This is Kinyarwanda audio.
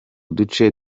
duce